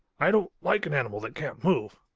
i don't like an animal that can't move.